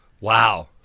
wow